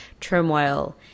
turmoil